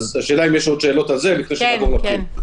האם יש שאלות על זה לפני שנעבור לפנים?